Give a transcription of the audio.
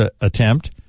attempt